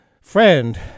friend